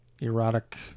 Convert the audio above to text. erotic